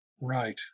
Right